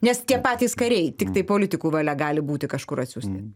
nes tie patys kariai tiktai politikų valia gali būti kažkur atsiųsti